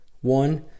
one